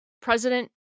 president